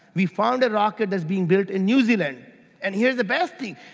we found a rocket that's being built in new zealand and here's the best thing,